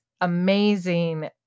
amazing